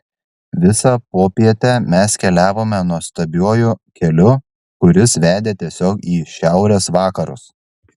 visą popietę mes keliavome nuostabiuoju keliu kuris vedė tiesiog į šiaurės vakarus